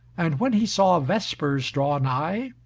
and when he saw vespers draw nigh,